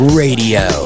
radio